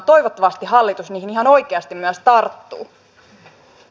toivottavasti hallitus niihin ihan oikeasti myös tarttuu